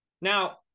Now